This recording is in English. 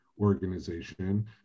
organization